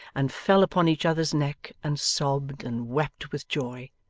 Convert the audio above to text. and fell upon each other's neck, and sobbed, and wept with joy.